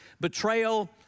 betrayal